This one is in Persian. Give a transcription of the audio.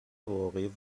واقعی